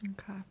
okay